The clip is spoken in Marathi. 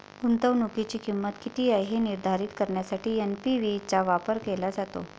गुंतवणुकीची किंमत किती आहे हे निर्धारित करण्यासाठी एन.पी.वी चा वापर केला जातो